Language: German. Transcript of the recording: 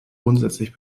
grundsätzlich